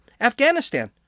Afghanistan